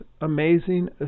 amazing